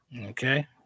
Okay